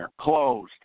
Closed